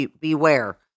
beware